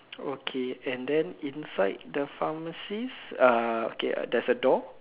okay and then inside the pharmacies uh okay there's a door